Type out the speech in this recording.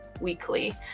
weekly